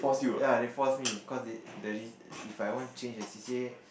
ya they force me cause they the re~ If I want change the c_c_a